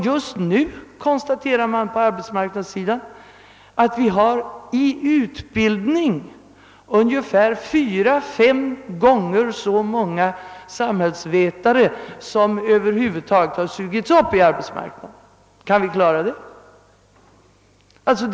Just nu konstaterar man emellertid på arbetsmarknadssidan att vi har i utbildning ungefär 4 å 5 gånger så många samhällsvetare som i dag har sugits upp i arbetsmarknaden. Kan vi klara det problemet?